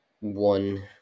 one